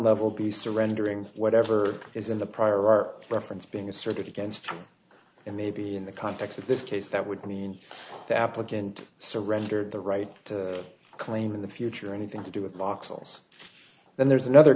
level be surrendering to whatever is in the prior art reference being asserted against and maybe in the context of this case that would mean the applicant surrendered the right to claim in the future anything to do with voxels then there's another